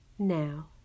Now